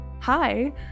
hi